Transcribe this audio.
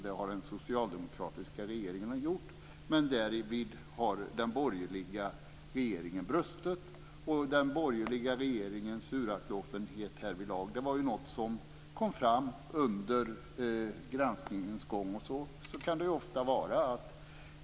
Det har den socialdemokratiska regeringen gjort. Därvid har den borgerliga regeringen brustit. Den borgerliga regeringens uraktlåtenhet härvidlag kom ju fram under granskningens gång, och så kan det ofta vara.